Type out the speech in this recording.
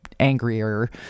angrier